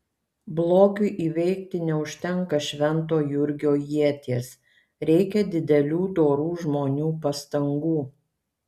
blogiui įveikti neužtenka švento jurgio ieties reikia didelių dorų žmonių pastangų